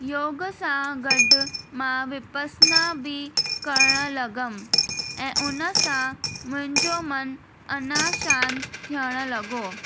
योग सां गॾु मां विपसना बि करण लॻमि ऐं उनसां मुंहिंजो मन अञा शांति थियण लॻो